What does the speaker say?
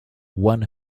one